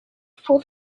for